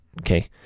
Okay